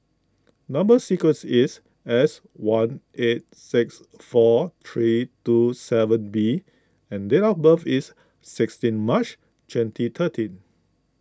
Number Sequence is S one eight six four three two seven B and date of birth is sixteen March twenty thirteen